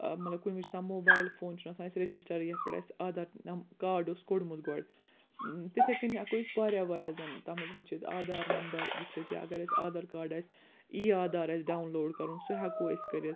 ٲں مطلب کُنہِ وِزۍ چھُ آسان موبایل فون چھُنہٕ آسان اسہِ رَجسٹرٕے یَتھ پٮ۪ٹھ اسہِ آدھار کارڈ اوس کوٚڈمُت گۄڈٕ تِتھٔے کٔنۍ ہیٚکو أسۍ واریاہ واریاہ زن تتھ منٛز وُچھتھ آدھار نمبر وُچھتھ یا اگر اسہِ آدھار کارڈ آسہِ ای آدھار آسہِ ڈاوُن لوڈ کَرُن سُہ ہیٚکو أسۍ کٔرِتھ